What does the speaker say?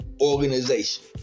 organization